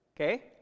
Okay